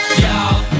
Y'all